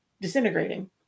disintegrating